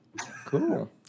Cool